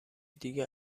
دیگه